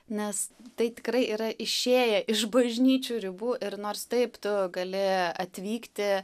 nes tai tikrai yra išėję iš bažnyčių ribų ir nors taip tu gali atvykti